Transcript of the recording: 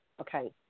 okay